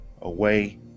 Away